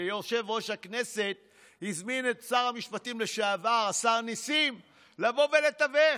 שיושב-ראש הכנסת הזמין את שר המשפטים לשעבר השר נסים לבוא ולתווך.